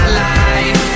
life